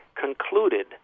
concluded